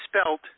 spelt